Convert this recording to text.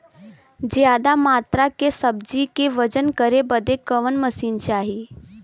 ज्यादा मात्रा के सब्जी के वजन करे बदे कवन मशीन चाही?